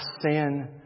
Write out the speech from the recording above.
sin